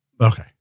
Okay